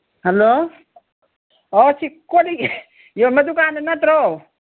hello ꯑꯣ ꯁꯤ ꯀꯣꯜꯂꯤꯛ ꯌꯣꯟꯕ ꯗꯨꯀꯥꯟꯗꯨ ꯅꯠꯇ꯭ꯔꯣ